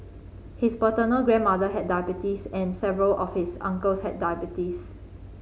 his paternal grandmother had diabetes and several of his uncles had diabetes